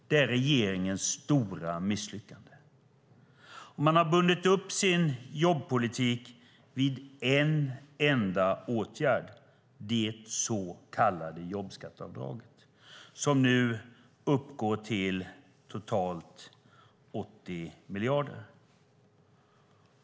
Det är regeringens stora misslyckande. Man har bundit upp sin jobbpolitik i en enda åtgärd, det så kallade jobbskatteavdraget som nu uppgår till totalt 80 miljarder.